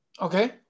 Okay